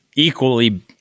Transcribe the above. equally